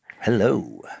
Hello